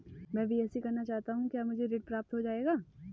मैं बीएससी करना चाहता हूँ क्या मुझे ऋण प्राप्त हो जाएगा?